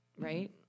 right